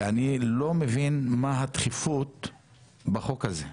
אני לא מבין מה הדחיפות בחוק הזה.